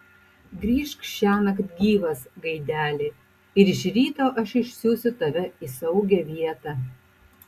grįžk šiąnakt gyvas gaideli ir iš ryto aš išsiųsiu tave į saugią vietą